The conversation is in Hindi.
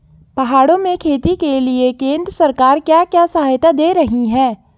पहाड़ों में खेती के लिए केंद्र सरकार क्या क्या सहायता दें रही है?